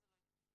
זה לא יקרה.